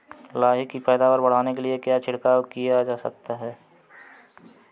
लाही की पैदावार बढ़ाने के लिए क्या छिड़काव किया जा सकता है?